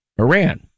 Iran